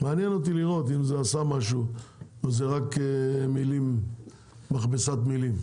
מעניין אותי לראות אם זה עשה משהו או שזו רק מכבסת מילים.